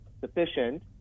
sufficient